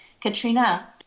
Katrina